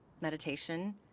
meditation